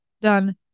done